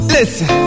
Listen